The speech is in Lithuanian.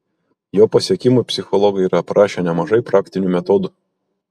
jo pasiekimui psichologai yra aprašę nemažai praktinių metodų